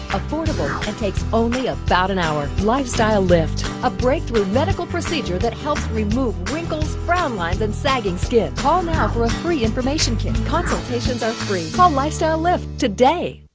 affordable, and takes only about an hour. lifestyle lift, a breakthrough medical procedure that helps remove wrinkles, frown lines and sagging skin. call now for a free information kit. consultations are free. call lifestyle lift today.